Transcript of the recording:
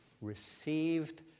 received